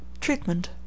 Treatment